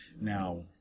Now